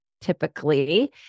typically